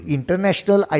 International